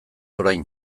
orain